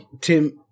Tim